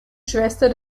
schwester